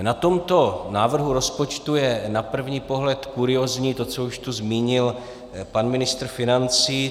Na tomto návrhu rozpočtu je na první pohled kuriózní to, co už tu zmínil pan ministr financí.